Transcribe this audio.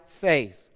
faith